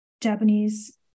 Japanese